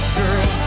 girl